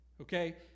Okay